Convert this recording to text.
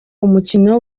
umukino